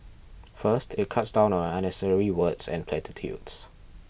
first it cuts down on unnecessary words and platitudes